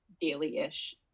daily-ish